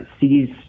sees